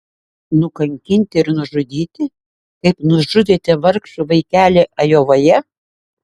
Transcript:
nukankinti ir nužudyti kaip nužudėte vargšą vaikelį ajovoje